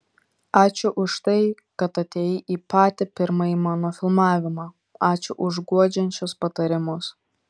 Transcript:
ačiū už tai kad atėjai į patį pirmąjį mano filmavimą ačiū už guodžiančius patarimus